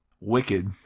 Wicked